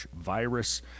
virus